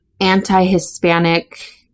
anti-Hispanic